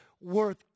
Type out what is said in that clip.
worth